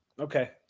Okay